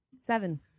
Seven